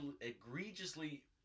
egregiously